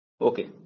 Okay